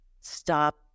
stop